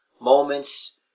moments